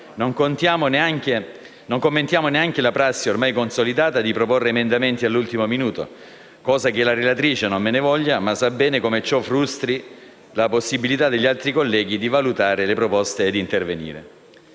Non commentiamo neanche la prassi, ormai consolidata, di proporre emendamenti all'ultimo minuto, e la relatrice ‑ non me ne voglia ‑ sa bene come ciò frustri la possibilità di altri colleghi di valutare le proposte e intervenire.